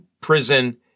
prison